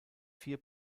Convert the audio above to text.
vier